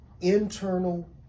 internal